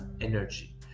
energy